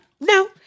No